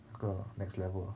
那个 next level